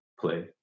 play